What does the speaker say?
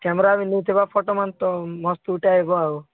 camera ବି ନେଇଥିବା photo ମାନେ ତ ମସ୍ତ ଉଠାଇବ ଆଉ